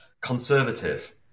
conservative